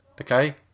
okay